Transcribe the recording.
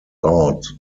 out